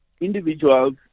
individuals